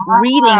reading